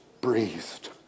breathed